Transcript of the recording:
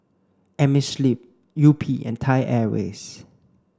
Amerisleep Yupi and Thai Airways